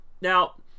Now